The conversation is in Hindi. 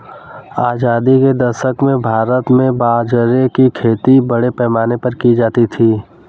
आजादी के दशक में भारत में बाजरे की खेती बड़े पैमाने पर की जाती थी